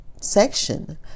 section